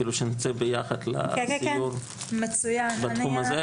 אפילו שנצא ביחד לסיור בתחום הזה.